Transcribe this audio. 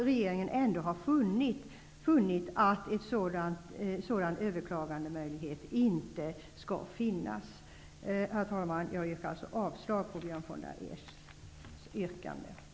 Regeringen har funnit att en överklagandemöjlighet inte bör finnas, eftersom nackdelen för många inblandade skulle bli stor liksom osäkerheten under lång tid.